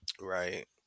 Right